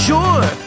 Sure